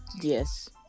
yes